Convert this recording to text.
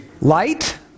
light